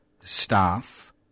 staff